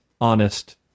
honest